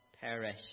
perish